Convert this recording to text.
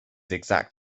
exact